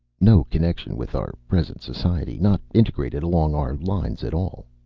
no connection with our present society. not integrated along our lines at all.